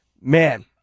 Man